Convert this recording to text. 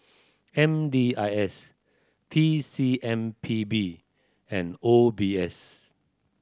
M D I S T C M P B and O B S